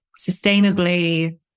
sustainably